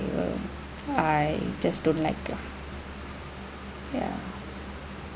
I just don't like lah ya